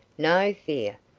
no fear,